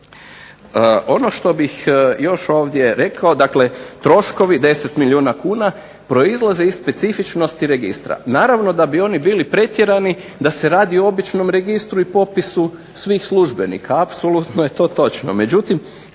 Ono što bih još ovdje rekao, dakle troškovi 10 milijuna kuna, proizlaze iz specifičnosti registra. Naravno da bi oni bili pretjerani da se radi o običnom registru i popisu svih službenika. Apsolutno je točno.